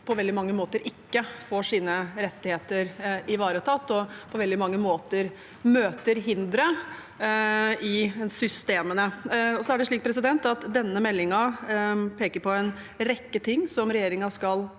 på veldig mange måter ikke får sine rettigheter ivaretatt, og på veldig mange måter møter hindre i systemene. Denne meldingen peker på en rekke ting som regjeringen skal